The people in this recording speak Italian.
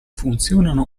funzionano